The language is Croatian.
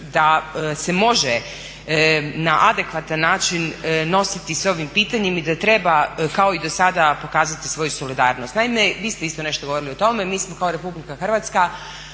da se može na adekvatan način nositi sa ovim pitanjem i da treba kao i dosada pokazati svoju solidarnost. Naime, vi se isto nešto govorili o tome, mi smo kao RH u prvim